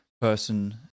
person